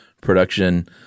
production